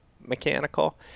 mechanical